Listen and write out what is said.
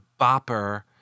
bopper